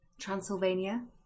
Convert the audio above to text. Transylvania